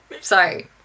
Sorry